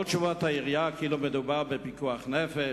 כל תשובות העירייה כאילו מדובר בפיקוח נפש,